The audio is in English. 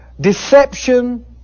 Deception